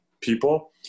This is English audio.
people